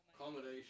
accommodation